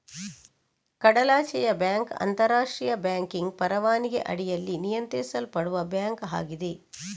ಕಡಲಾಚೆಯ ಬ್ಯಾಂಕ್ ಅಂತರಾಷ್ಟ್ರೀಯ ಬ್ಯಾಂಕಿಂಗ್ ಪರವಾನಗಿ ಅಡಿಯಲ್ಲಿ ನಿಯಂತ್ರಿಸಲ್ಪಡುವ ಬ್ಯಾಂಕ್ ಆಗಿದೆ